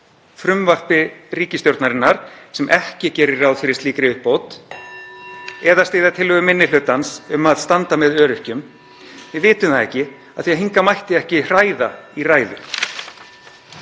frumvarpi ríkisstjórnarinnar sem ekki gerir ráð fyrir slíkri uppbót eða styðja tillögu minni hlutans (Forseti hringir.) um að standa með öryrkjum? Við vitum það ekki af því að hingað mætti ekki hræða í ræðu.